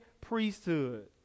priesthood